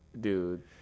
dude